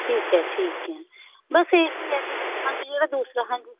ਠੀਕ ਹੈ ਠੀਕ ਹੈ ਬਸ ਇਹ ਹੀ ਆ ਕਿ ਹਾਂਜੀ ਜਿਹੜਾ ਦੂਸਰਾ ਹਾਂਜੀ